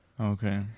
okay